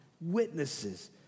witnesses